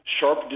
sharp